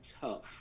tough